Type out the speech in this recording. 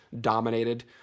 dominated